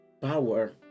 power